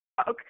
Okay